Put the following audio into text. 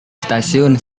stasiun